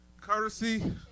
Courtesy